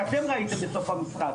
מה שאתם ראיתם בסוף המשחק.